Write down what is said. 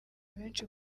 benshi